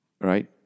right